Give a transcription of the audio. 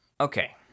Okay